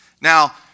Now